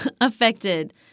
affected